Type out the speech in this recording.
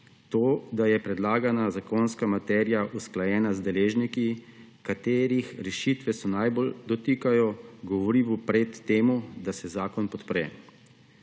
To, da je predlagana zakonska materija usklajena z deležniki, ki se jih rešitve najbolj dotikajo, govori v prid temu, da se zakon podpre.